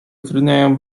utrudniają